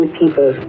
people